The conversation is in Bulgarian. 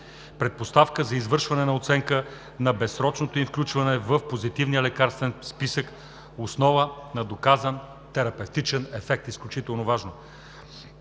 предпоставка за извършване на оценка на безсрочното им включване в Позитивния лекарствен списък, основа на доказан терапевтичен ефект, изключително важно;